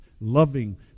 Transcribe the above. loving